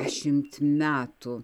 dešimt metų